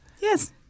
Yes